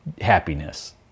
happiness